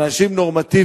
של אנשים נורמטיבים,